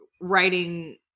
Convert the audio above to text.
writing